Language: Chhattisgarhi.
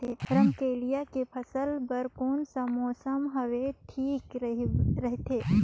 रमकेलिया के फसल बार कोन सा मौसम हवे ठीक रथे?